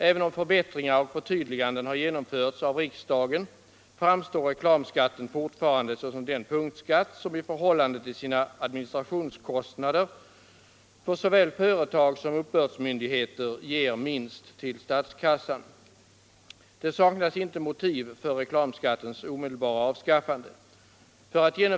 Även om förbättringar och förtydliganden har genomförts av riksdagen, framstår reklamskatten fortfarande såsom den punktskatt som i förhållande till sina administrationskostnader för såväl företag Som uppbördsmyndigheter ger minst till statskassan. Det saknas inte motiv för reklamskattens omedelbara avskaffande.